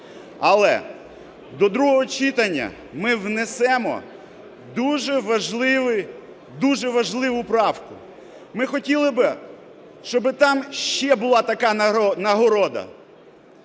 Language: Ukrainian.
Але до другого читання ми внесемо дуже важливу правку. Ми хотіли б, щоб там ще була така нагорода,